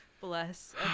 Bless